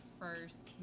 first